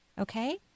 Okay